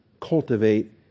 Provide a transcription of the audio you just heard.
cultivate